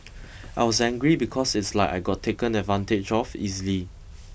I was angry because it's like I got taken advantage of easily